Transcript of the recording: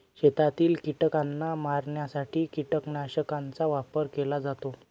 शेतातील कीटकांना मारण्यासाठी कीटकनाशकांचा वापर केला जातो